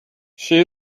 she